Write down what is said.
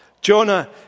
Jonah